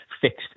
fixed